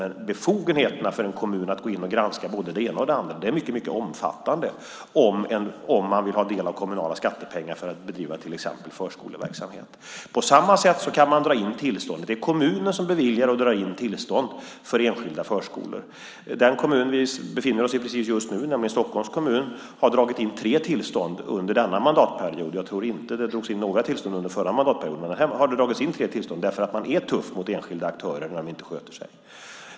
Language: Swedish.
Men befogenheterna för en kommun att gå in och granska både det ena och det andra är mycket omfattande om man vill ha del av kommunala skattepengar för att till exempel bedriva förskoleverksamhet. Man kan dra in tillståndet. Det är kommunen som beslutar om att dra in tillstånd för enskilda förskolor. Den kommun vi befinner oss i precis nu, Stockholms kommun, har dragit in tre tillstånd under denna mandatperiod - jag tror inte att det drogs in några tillstånd under förra mandatperioden. Men här har det dragits in fler tillstånd för att man är tuff mot enskilda aktörer när de inte sköter sig.